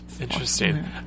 Interesting